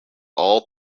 all